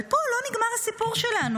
אבל פה לא נגמר הסיפור שלנו.